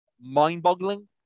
mind-boggling